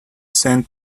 sent